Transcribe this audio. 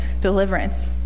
Deliverance